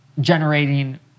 generating